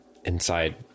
Inside